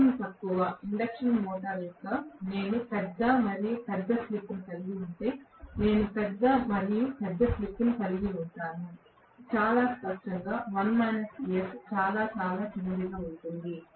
వేగం తక్కువ induction motor యొక్క నేను పెద్ద మరియు పెద్ద స్లిప్ కలిగి ఉంటే నేను పెద్ద మరియు పెద్ద స్లిప్ కలిగి ఉంటాను చాలా స్పష్టంగా చాలా చాలా చిన్నదిగా ఉంటుంది